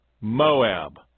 Moab